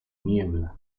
niebla